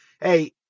hey